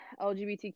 LGBTQ